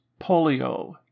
polio